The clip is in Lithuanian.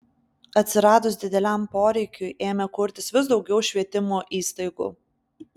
atsiradus dideliam poreikiui ėmė kurtis vis daugiau švietimo įstaigų